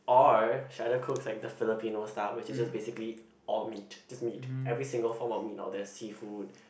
or she either cooks like that Filipino style which is just basically all meat just meat every single form of meat or the seafood